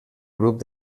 grup